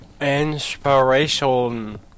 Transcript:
Inspiration